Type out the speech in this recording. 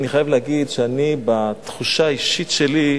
אני חייב להגיד שלפי התחושה האישית שלי,